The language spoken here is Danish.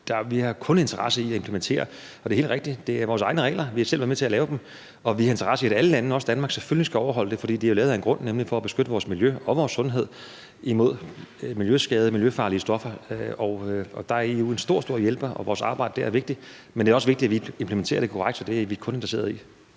vi har kun en interesse i at implementere det. Det er helt rigtigt, at det er vores egne regler, og at vi selv har været med til at lave dem, og vi har en interesse i, at alle lande, også Danmark, selvfølgelig skal overholde dem, for de er jo lavet af en grund, nemlig at beskytte vores miljø og vores sundhed imod miljøskade og miljøfarlige stoffer. Der er EU en stor hjælper, og vores arbejde dér er vigtigt, men det er også vigtigt, at vi implementerer det korrekt, så det er vi kun interesseret i.